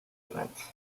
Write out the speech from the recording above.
events